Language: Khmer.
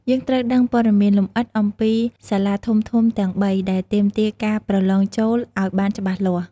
យើងត្រូវដឹងព័ត៌មានលម្អិតអំពីសាលាធំៗទាំងបីដែលទាមទារការប្រឡងចូលឱ្យបានច្បាស់លាស់។